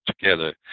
together